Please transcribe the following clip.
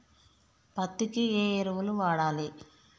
పత్తి కి ఏ ఎరువులు వాడాలి?